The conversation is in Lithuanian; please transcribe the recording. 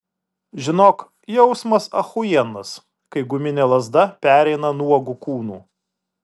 žinok jausmas achujienas kai guminė lazda pereina nuogu kūnu